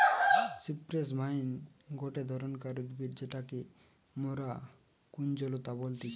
cypress vine গটে ধরণকার উদ্ভিদ যেটাকে মরা কুঞ্জলতা বলতিছে